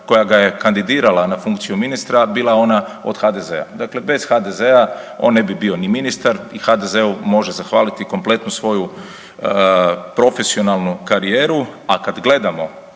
koja ga je kandidirala na funkciju ministra ona od HDZ-a. Dakle bez HDZ-a on ne bi bio ni ministar i HDZ-u može zahvaliti kompletnu svoju profesionalnu karijeru a kad gledamo